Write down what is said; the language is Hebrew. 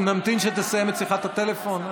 אנחנו נמתין שתסיים את שיחת הטלפון?